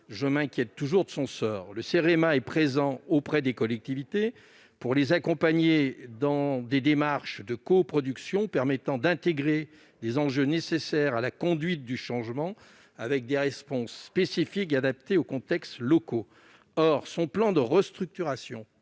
Je m'inquiète toujours de son sort. Le Cerema accompagne les collectivités dans des démarches de coproduction permettant d'intégrer les enjeux nécessaires à la conduite du changement et d'apporter des réponses spécifiques adaptées aux contextes locaux. Or son plan de restructuration,